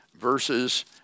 verses